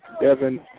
Devin